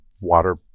water